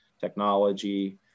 technology